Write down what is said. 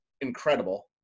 incredible